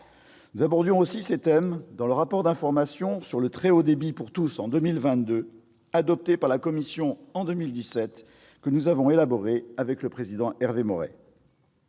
Nous abordions aussi ces thèmes dans le rapport d'information sur le très haut débit pour tous en 2022, adopté par la commission en 2017 et que nous avons élaboré avec le président Hervé Maurey.